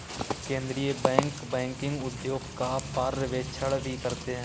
केन्द्रीय bank banking उद्योग का पर्यवेक्षण भी करते हैं